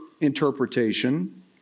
interpretation